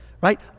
right